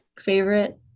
favorite